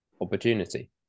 opportunity